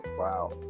Wow